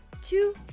two